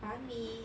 banh mi